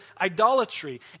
idolatry